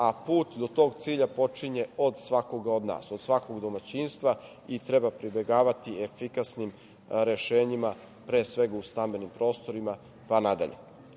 a put do tog cilja počinje od svakoga od nas, od svakog domaćinstva i treba pribegavati efikasnim rešenjima pre svega u stambenim prostorima pa nadalje. Osvrnuću